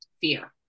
Fear